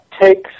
takes